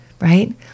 right